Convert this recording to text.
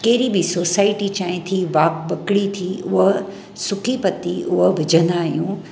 कहिड़ी बि सोसाइटी चांहि थी बाक बकड़ी थी उहा सुकी पत्ती उहा विझंदा आहियूं